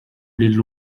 lil